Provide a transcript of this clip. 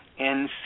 NC